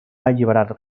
alliberat